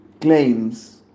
claims